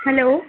hello